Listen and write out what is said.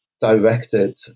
directed